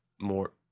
more